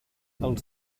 els